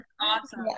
Awesome